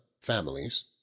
families